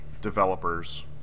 developers